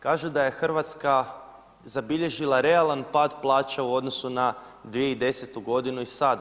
Kaže da je Hrvatska zabilježila realan pad plaća u odnosu na 2010. godinu i sada.